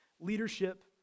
leadership